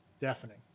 deafening